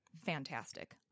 fantastic